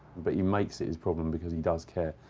but he makes it his problem because he does care.